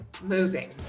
Moving